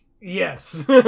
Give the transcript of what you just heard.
Yes